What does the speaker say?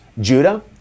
Judah